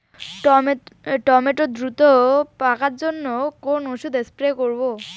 Tomato দ্রুত পাকার জন্য কোন ওষুধ স্প্রে করব?